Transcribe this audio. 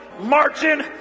marching